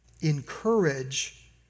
encourage